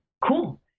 Cool